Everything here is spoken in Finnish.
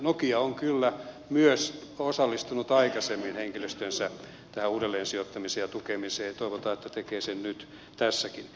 nokia on kyllä myös osallistunut aikaisemmin henkilöstönsä uudelleensijoittamiseen ja tukemiseen ja toivotaan että se tekee sen nyt tässäkin